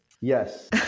Yes